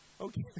Okay